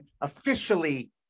officially